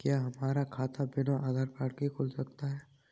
क्या हमारा खाता बिना आधार कार्ड के खुल सकता है?